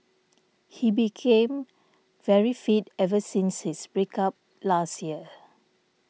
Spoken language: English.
he became very fit ever since his break up last year